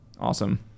awesome